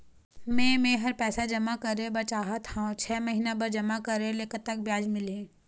मे मेहर पैसा जमा करें बर चाहत हाव, छह महिना बर जमा करे ले कतक ब्याज मिलही?